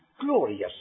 glorious